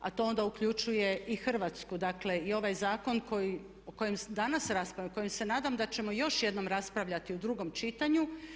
A to onda uključuje i Hrvatsku, dakle i ovaj zakon o kojem danas raspravljamo, o kojem se nadam da ćemo još jednom raspravljati u drugom čitanju.